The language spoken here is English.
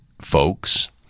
folks